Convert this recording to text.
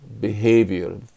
behavior